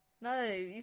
no